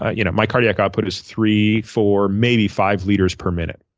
you know my cardiac output is three, four, maybe five liters per minute.